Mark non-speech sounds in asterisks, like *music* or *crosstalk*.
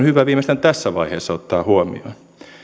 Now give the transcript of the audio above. *unintelligible* hyvä viimeistään tässä vaiheessa ottaa huomioon